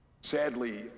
sadly